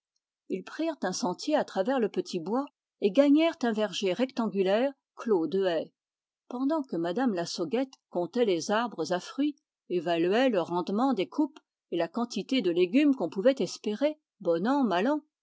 ils prirent un sentier à travers le petit bois et gagnèrent un verger clos de haies pendant que m me lassauguette comptait les arbres à fruits évaluait le rendement des coupes et la quantité de légumes qu'on pouvait espérer bon an mal an